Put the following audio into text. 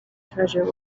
treasure